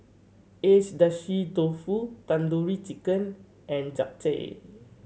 Agedashi Dofu Tandoori Chicken and Japchae